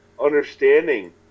understanding